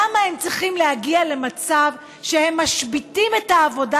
למה הם צריכים להגיע למצב שהם משביתים את העבודה